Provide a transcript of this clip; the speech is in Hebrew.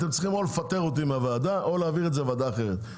אתם צריכים או לפטר אותי מהוועדה או להעביר את זה לוועדה אחרת,